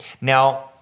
Now